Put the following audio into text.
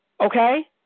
okay